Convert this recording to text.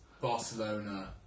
Barcelona